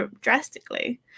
drastically